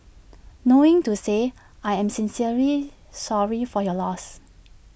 knowing to say I am sincerely sorry for your loss